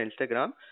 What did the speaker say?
instagram